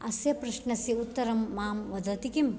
अस्य प्रश्नस्य उत्तरं मां वदति किम्